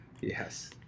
yes